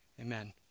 Amen